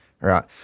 right